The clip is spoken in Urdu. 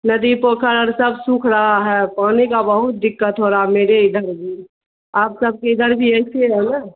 ندی پوکھر سب سوکھ رہا ہے پانی کا بہت دقت ہو رہا ہے میرے ادھر بھی آپ سب کے ادھر بھی ایسے ہے نا